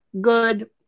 Good